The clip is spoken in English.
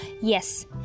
yes